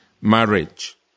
marriage